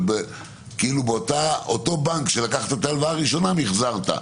אותו בנק שלקחת ממנו את ההלוואה הראשונה מחזרת.